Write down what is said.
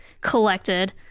Collected